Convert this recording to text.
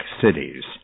cities